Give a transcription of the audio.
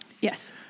Yes